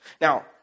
Now